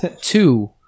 two